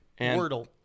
Wordle